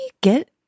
get